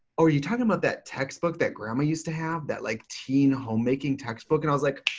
are you talking about that textbook that grandma used to have? that like, teen homemaking textbook? and i was like,